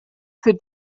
für